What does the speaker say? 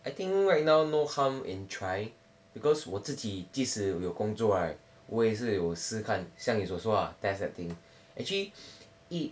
I think right now no harm in trying because 我自己即使有工作 right 我也是有试看想你所说啦 test that thing actually it